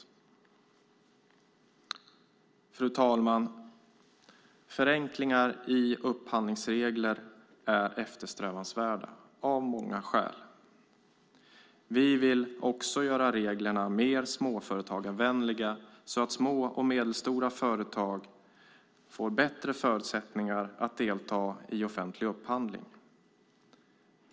Fru talman! Förenklingar av upphandlingsreglerna är eftersträvansvärda, av många skäl. Vi vill också göra reglerna mer småföretagarvänliga så att små och medelstora företag får bättre förutsättningar att delta i offentlig upphandling.